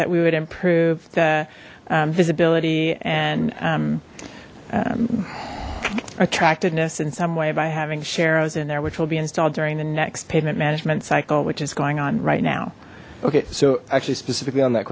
that we would improve the visibility and attractiveness in some way by having sharrows in there which will be installed during the next pavement management cycle which is going on right now ok so actually specifically on that